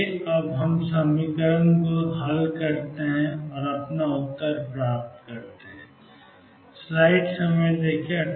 आइए अब समीकरणों को हल करें और अपने उत्तर प्राप्त करें